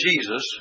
Jesus